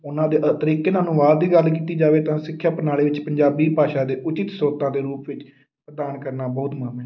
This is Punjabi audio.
ਉਹਨਾਂ ਦੇ ਤਰੀਕੇ ਨਾਲ ਅਨੁਵਾਦ ਦੀ ਗੱਲ ਕੀਤੀ ਜਾਵੇ ਤਾਂ ਸਿੱਖਿਆ ਪ੍ਰਣਾਲੀ ਵਿੱਚ ਪੰਜਾਬੀ ਭਾਸ਼ਾ ਦੇ ਉਚਿਤ ਸ੍ਰੋਤਾਂ ਦੇ ਰੂਪ ਵਿੱਚ ਪ੍ਰਦਾਨ ਕਰਨਾ ਬਹੁਤ ਹੈ